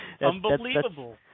Unbelievable